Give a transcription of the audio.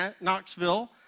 Knoxville